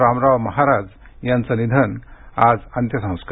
रामराव महाराज यांचं निधन आज अंत्यसंस्कार